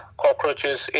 cockroaches